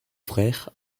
frère